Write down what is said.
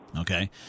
Okay